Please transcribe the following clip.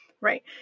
Right